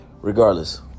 regardless